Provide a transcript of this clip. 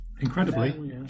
incredibly